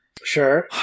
Sure